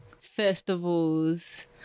Festivals